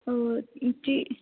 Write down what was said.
ਜੀ